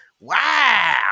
Wow